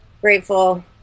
grateful